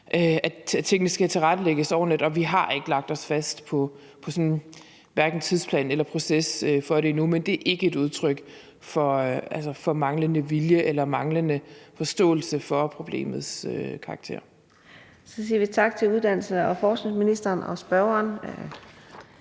tingene skal tilrettelægges ordentligt, og vi har hverken lagt os fast på tidsplan eller proces for det endnu. Men det er ikke et udtryk for manglende vilje eller manglende forståelse for problemets karakter. Kl. 15:23 Fjerde næstformand (Karina Adsbøl): Så siger vi tak til uddannelses- og forskningsministeren og spørgeren.